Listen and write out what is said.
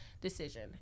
decision